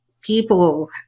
people